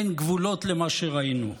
אין גבולות למה שראינו.